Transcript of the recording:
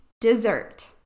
dessert